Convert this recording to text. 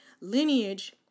lineage